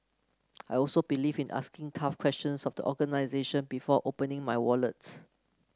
I also believe in asking tough questions of the organisation before opening my wallet